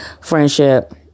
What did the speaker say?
friendship